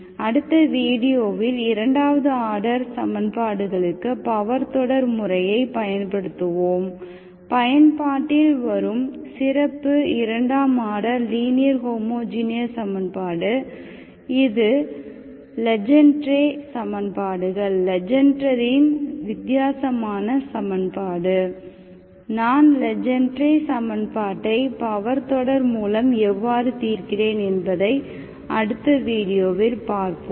அடுத்த வீடியோவில் இரண்டாவது ஆர்டர் சமன்பாடுகளுக்கு பவர் தொடர் முறையைப் பயன்படுத்துவோம் பயன்பாட்டில் வரும் சிறப்பு இரண்டாம் ஆர்டர் லீனியர் ஹோமோஜீனியஸ் சமன்பாடு இது லெஜென்ட்ரே Legendre'sசமன்பாடுகள் லெஜெண்டரின் வித்தியாசமான சமன்பாடு நான் லெஜென்ட்ரே சமன்பாட்டை பவர் தொடர் மூலம் எவ்வாறு தீர்க்கிறேன் என்பதை அடுத்த வீடியோவில் பார்ப்போம்